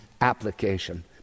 application